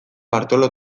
bartolo